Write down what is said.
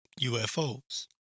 UFOs